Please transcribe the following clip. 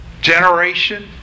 generation